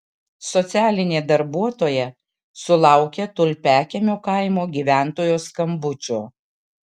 socialinė darbuotoja sulaukė tulpiakiemio kaimo gyventojos skambučio